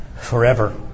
forever